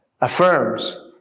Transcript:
affirms